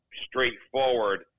straightforward